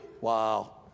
Wow